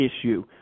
issue